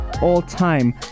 all-time